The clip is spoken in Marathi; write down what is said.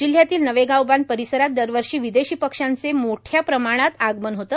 जिल्ह्यातील नवेगावबांध परिसरात दरवर्षी विदेशी पक्ष्यांचे मोठ्या प्रमाणात आगमन होते